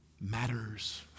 matters